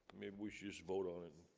maybe we should just vote on and